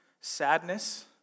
sadness